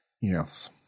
yes